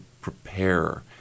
prepare